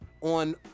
on